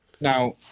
now